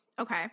Okay